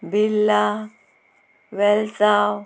Birla Velsao